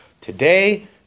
Today